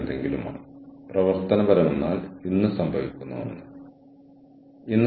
പ്രത്യേകിച്ച് ഒരു HR professional എന്ന നിലയിൽ ഞാൻ ആരോടാണ് കൂടുതൽ ഉത്തരം പറയേണ്ടതെന്ന് എനിക്കറിയില്ല